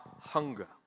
hunger